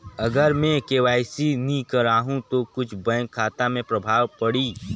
अगर मे के.वाई.सी नी कराहू तो कुछ बैंक खाता मे प्रभाव पढ़ी?